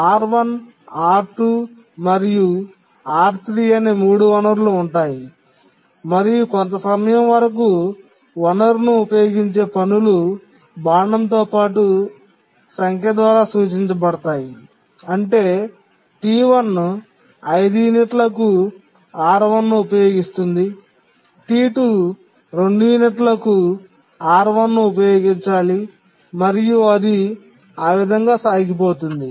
R1 R2 మరియు R3 అనే 3 వనరులు ఉన్నాయి మరియు కొంత సమయం వరకు వనరును ఉపయోగించే పనులు బాణంతో పాటు సంఖ్య ద్వారా సూచించబడతాయి అంటే T1 5 యూనిట్లకు R1 ను ఉపయోగిస్తుంది T2 2 యూనిట్లకు R1 ను ఉపయోగించాలి మరియు అది ఆ విధంగా సాగిపోతోంది